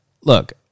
Look